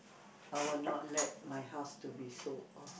I will not let my house to be sold off